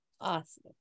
awesome